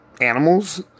animals